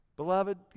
Beloved